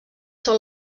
són